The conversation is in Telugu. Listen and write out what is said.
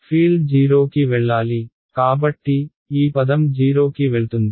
ఫీల్డ్ 0 కి వెళ్లాలి కాబట్టి ఈ పదం 0 కి వెళ్తుంది